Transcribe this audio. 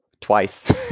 twice